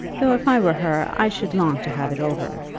though if i were her i should long to have it over.